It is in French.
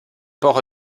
port